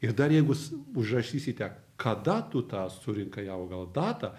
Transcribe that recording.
ir dar jeigu s užrašysite kada tu tą surinkaiaugalą datą